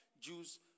Jews